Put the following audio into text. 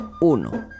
uno